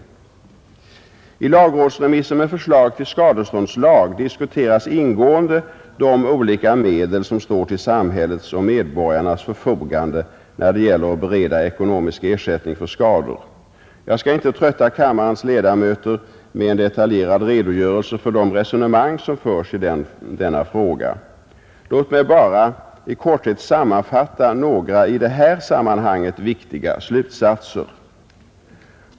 I lagrådsremissen med förslag till skadeståndslag diskuteras ingående de olika medel som står till samhällets och medborgarnas förfogande när det gäller att bereda ekonomisk ersättning för skador. Jag skall inte trötta kammarens ledamöter med en detaljerad redogörelse för de resonemang som förs i denna fråga. Låt mig bara i korthet sammanfatta några i detta sammanhang viktiga slutsatser.